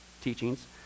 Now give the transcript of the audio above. teachings